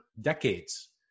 decades